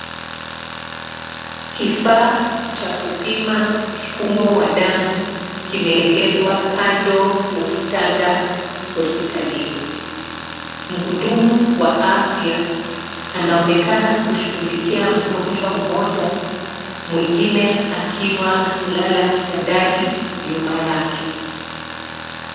Kifaa cha kupima msukumo wa damu kimeegezwa kando ya kitanda hospitalini. Mhudumu wa afya anaonekana kushughulikia mgonjwa mmoja, mwingine akiwa amelala kitandani nyuma yake.